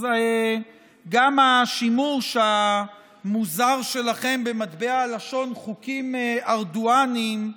אז גם השימוש המוזר שלכם במטבע הלשון "חוקים ארדואניים"